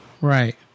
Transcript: Right